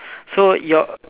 so your